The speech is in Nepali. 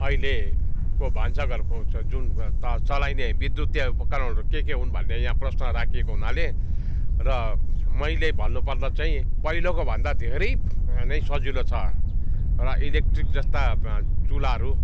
अहिलेको भान्साघरको जुन चलाइले विद्युतीय उपकरणहरू के के हुन् भन्ने यहाँ प्रश्न राखिएको हुनाले र मैले भन्नुपर्दा चाहिँ पहिलेको भन्दा धेरै नै सजिलो छ र इलेक्ट्रिक जस्ता चुलाहरू